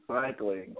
Cycling